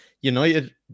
United